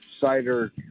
cider